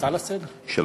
הצעה לסדר-היום.